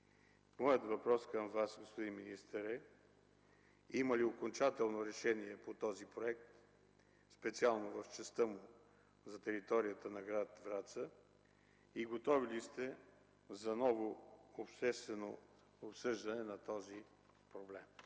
Моят въпрос към Вас, господин министър, е: има ли окончателно решение по този проект специално в частта му за територията на гр. Враца и готови ли сте за ново обществено обсъждане на този проблем?